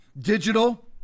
digital